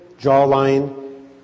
jawline